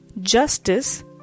justice